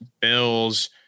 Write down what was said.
bills